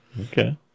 Okay